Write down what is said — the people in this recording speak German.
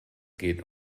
geht